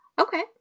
Okay